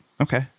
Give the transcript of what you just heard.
Okay